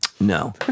No